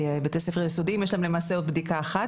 בתי הספר היסודיים יש להם למעשה עוד בדיקה אחת